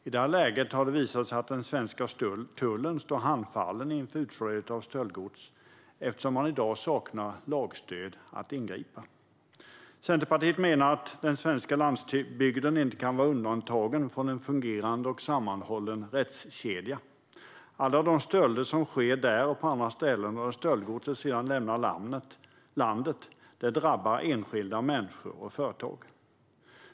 I det läget har det visat sig att den svenska tullen står handfallen inför utflödet av stöldgods eftersom det i dag saknas lagstöd för att ingripa. Centerpartiet menar att den svenska landsbygden inte kan vara undantagen från en fungerande och sammanhållen rättskedja. Alla de stölder som sker där och på andra ställen, och när stöldgodset sedan lämnar landet, drabbar enskilda människor och företag.